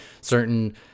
certain